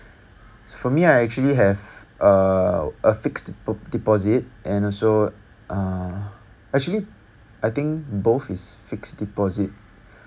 for me I actually have uh a fixed de~ deposit and also uh actually I think both is fixed deposit